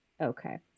Okay